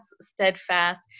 steadfast